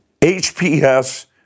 HPS